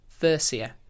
Thersia